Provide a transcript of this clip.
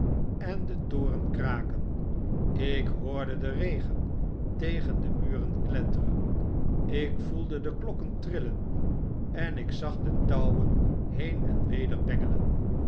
en den toren kraken ik hoorde den regen tegen de muren kletteren ik voelde de klokken trillen en ik zag de touwen heen en weder bengelen